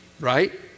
right